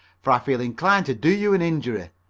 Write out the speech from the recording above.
for i feel inclined to do you an injury,